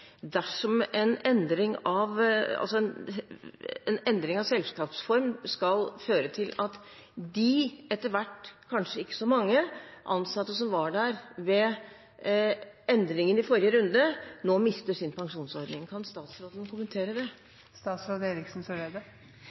dersom en endring av selskapsform skal føre til at de etter hvert kanskje ikke så mange ansatte som var der ved endringen i forrige runde, nå mister sin pensjonsordning. Kan statsråden kommentere det?